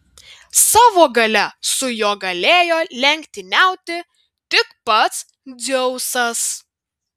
savo galia su juo galėjo lenktyniauti tik pats dzeusas